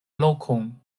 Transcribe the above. lokon